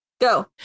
go